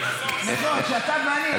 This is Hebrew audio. יש לך עוד הרבה ימים,